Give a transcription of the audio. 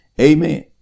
Amen